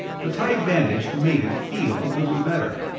the tight bandage made it feel a little better,